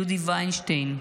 ג'ודי ויינשטיין,